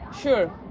sure